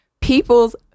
people's